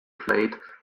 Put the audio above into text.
played